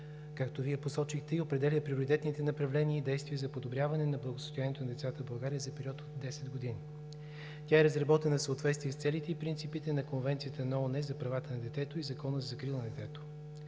както Вие посочихте, и определя приоритетните направления и действия за подобряване на благосъстоянието на децата в България за период от десет години. Тя е разработена в съответствие с целите и принципите на Конвенцията на ООН за правата на детето и Закона за закрила на детето.